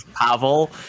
Pavel